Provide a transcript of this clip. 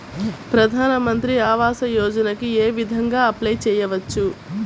ప్రధాన మంత్రి ఆవాసయోజనకి ఏ విధంగా అప్లే చెయ్యవచ్చు?